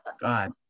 God